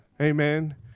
Amen